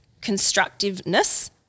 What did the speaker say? constructiveness